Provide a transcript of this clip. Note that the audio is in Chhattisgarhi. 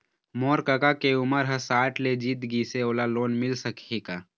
मोर कका के उमर ह साठ ले जीत गिस हे, ओला लोन मिल सकही का?